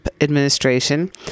administration